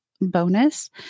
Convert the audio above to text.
bonus